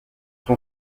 son